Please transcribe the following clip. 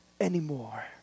anymore